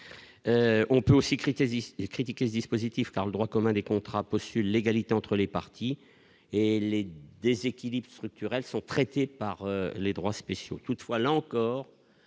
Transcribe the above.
on peut aussi critique This critiqué dispositif car le droit commun des contrats postule l'égalité entre les partis et les déséquilibres structurels sont traitées par les droits spéciaux